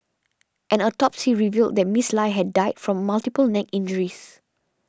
an autopsy revealed that Miss Lie had died from multiple neck injuries